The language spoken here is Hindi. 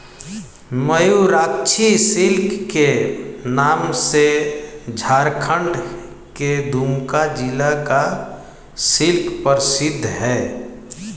मयूराक्षी सिल्क के नाम से झारखण्ड के दुमका जिला का सिल्क प्रसिद्ध है